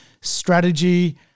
strategy